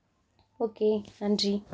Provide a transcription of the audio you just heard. okay நன்றி